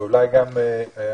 ואולי גם הרשות.